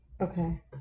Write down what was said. Okay